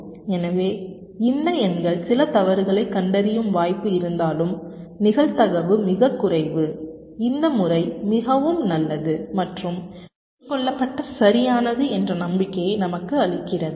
எனவே இந்த எண்கள் சில தவறுகளைக் கண்டறியும் வாய்ப்பு இருந்தாலும் நிகழ்தகவு மிகக் குறைவு இந்த முறை மிகவும் நல்லது மற்றும் ஏற்றுக்கொள்ளப்பட்ட சரியானது என்ற நம்பிக்கையை நமக்கு அளிக்கிறது